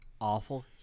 awful